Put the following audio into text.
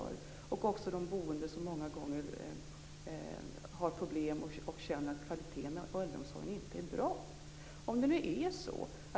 Dessutom handlar det om de boende, som många gånger har problem och som känner att kvaliteten på äldreomsorgen inte är bra.